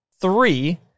three